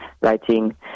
writing